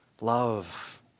Love